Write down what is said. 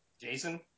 Jason